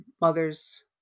mother's